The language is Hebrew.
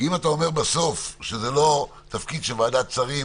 כי אם אתה אומר בסוף שזה לא תפקיד של ועדת שרים